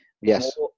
Yes